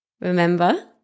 remember